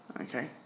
Okay